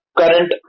current